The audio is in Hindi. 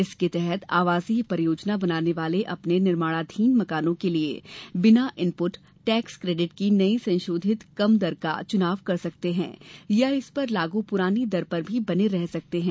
इसके तहत आवासीय परियोजना बनाने वाले अपने निर्माणाधीन मकानों के लिए बिना इनपुट टैक्स केडिट के नई संशोधित कम दर का चुनाव कर सकते हैं या इस पर लागू पुरानी दर पर भी बने रह सकते हैं